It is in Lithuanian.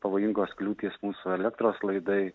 pavojingos kliūtys mūsų elektros laidai